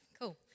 Cool